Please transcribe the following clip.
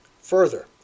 Further